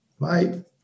Bye